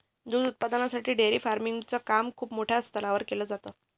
दूध उत्पादनासाठी dairy farming च काम खूप मोठ्या स्तरावर केल जात